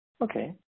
Okay